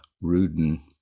Rudin